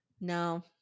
No